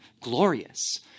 glorious